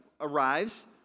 arrives